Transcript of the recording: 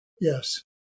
Yes